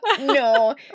no